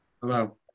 hello